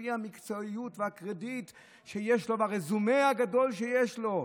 לפי המקצועיות והקרדיט שיש לו והרזומה הגדול שיש לו,